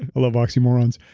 a lot of oxymorons.